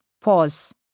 Pause